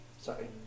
Sorry